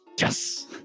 Yes